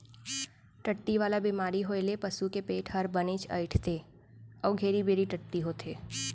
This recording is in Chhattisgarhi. टट्टी वाला बेमारी होए ले पसू के पेट हर बनेच अइंठथे अउ घेरी बेरी टट्टी होथे